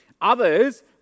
Others